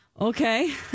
Okay